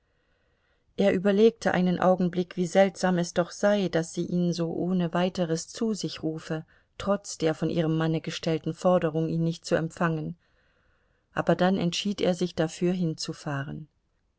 er überlegte einen augenblick wie seltsam es doch sei daß sie ihn so ohne weiteres zu sich rufe trotz der von ihrem manne gestellten forderung ihn nicht zu empfangen aber dann entschied er sich dafür hinzufahren